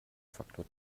faktor